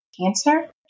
cancer